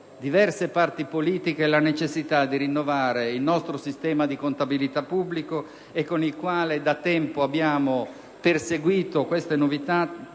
diverse parti politiche, la necessità di rinnovare il nostro sistema di contabilità pubblica e con il quale da tempo abbiamo perseguito queste novità,